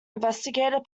investigator